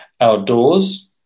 outdoors